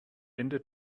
ende